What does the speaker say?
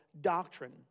doctrine